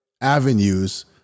avenues